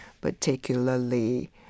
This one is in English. particularly